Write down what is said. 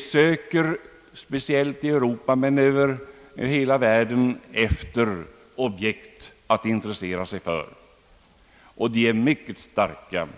söker speciellt i Europa men även över hela världen efter objekt att intressera sig för, och denna kapitalrörelse är mycket stark.